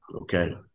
okay